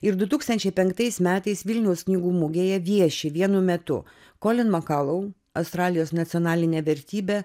ir du tūkstančiai penktais metais vilniaus knygų mugėje vieši vienu metu kolin makalou australijos nacionalinė vertybė